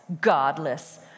godless